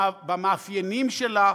במאפיינים שלה.